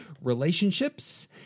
relationships